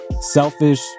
selfish